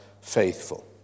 faithful